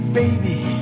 baby